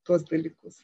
tuos dalykus